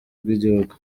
bw’igihugu